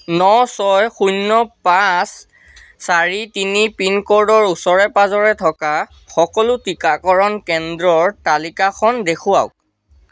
ন ছয় শূন্য পাঁচ চাৰি তিনি পিনক'ডৰ ওচৰে পাঁজৰে থকা সকলো টীকাকৰণ কেন্দ্ৰৰ তালিকাখন দেখুৱাওক